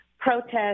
protest